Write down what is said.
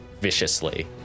viciously